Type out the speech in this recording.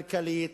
כלכלית,